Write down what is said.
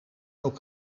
ook